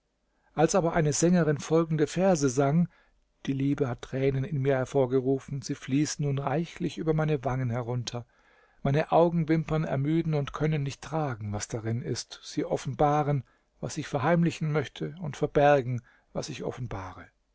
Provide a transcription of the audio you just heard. als aber eine sängerin folgende verse sang die liebe hat tränen in mir hervorgerufen sie fließen nun reichlich über meine wangen herunter meine augenwimpern ermüden und können nicht tragen was darin ist sie offenbaren was ich verheimlichen möchte und verbergen was ich offenbare